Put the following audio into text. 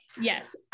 Yes